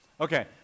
Okay